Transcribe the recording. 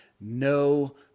no